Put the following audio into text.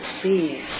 please